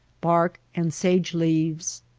bark, and sage leaves.